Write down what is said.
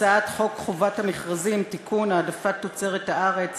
הצעת חוק חובת המכרזים (תיקון, העדפת תוצרת הארץ